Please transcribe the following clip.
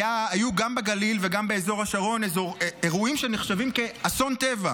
היו גם בגליל וגם באזור השרון אירועים שנחשבים כאסון טבע.